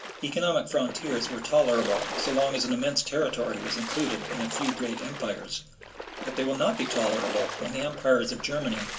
economic frontiers were tolerable so long as an immense territory was included in a few great empires but they will not be tolerable when the empires of germany,